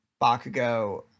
Bakugo